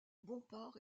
bompard